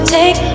take